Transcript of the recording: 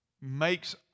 makes